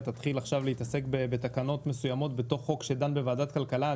תתחיל עכשיו להתעסק בתקנות מסוימות בתוך חוק שנדון בוועדת הכלכלה.